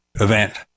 event